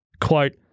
Quote